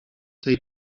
tej